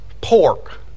pork